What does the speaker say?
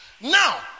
Now